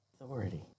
authority